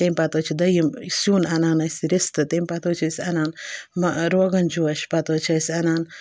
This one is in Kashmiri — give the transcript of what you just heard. تمہِ پَتہٕ حظ چھِ دٔیِم سیُٚن اَنان أسۍ رِستہٕ تمہِ پَتہٕ حظ چھِ أسۍ اَنان روغَن جوش پَتہٕ حظ چھِ أسۍ اَنان